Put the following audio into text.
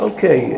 Okay